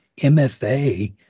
MFA